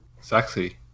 Sexy